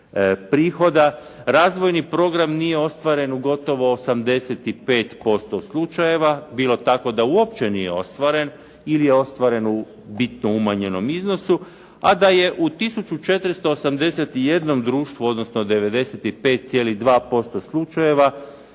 prihoda. Razvojni program nije ostvaren u gotovo 85% slučajeva, bilo tako da uopće nije ostvaren ili je ostvaren u bitno umanjenom iznosu. A da je u tisuću 481 društvu, odnosno 95,2% slučajeva